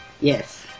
Yes